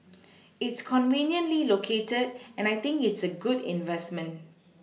it's conveniently located and I think it's a good investment